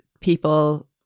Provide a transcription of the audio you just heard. people